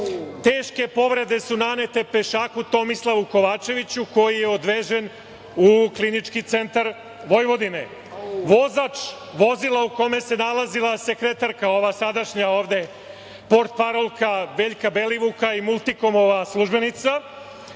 Teške povrede su nanete pešaku Tomislavu Kovačeviću koji je odvežen u Klinički centar Vojvodine. Vozač vozila u kome se nalazila sekretarka, ova sadašnja ovde, portparolka Veljka Belivuka i „Multikomova“ službenica